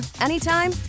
anytime